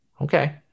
Okay